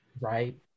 Right